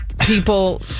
People